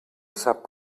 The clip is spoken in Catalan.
sap